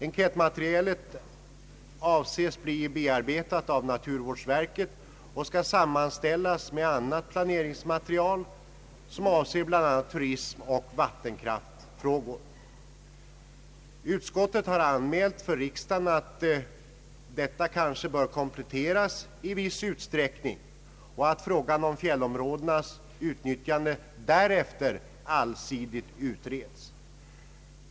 Enkätmaterialet avses bli bearbetat av naturvårdsverket och skall sammanställas med annat planeringsmaterial som avser bl.a. turism och vattenkraftsfrågor. Utskottet har anmält för riksdagen att materialet bör kompletteras i viss utsträckning och att frågan om fjällområdenas utnyttjande därefter allsidigt utreds.